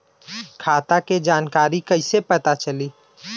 खाता के जानकारी कइसे पता चली?